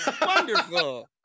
Wonderful